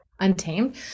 untamed